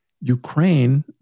Ukraine